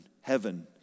heaven